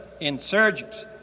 insurgents